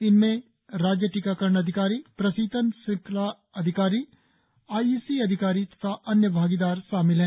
इनमें राज्य टीकाकरण अधिकारी प्रशीतन श्रृंखला अधिकारी आईईसी अधिकारी तथा अन्य भागीदार शामिल हैं